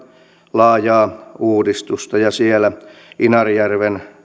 laajaa uudistusta ja siellä inarijärven